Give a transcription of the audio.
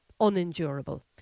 unendurable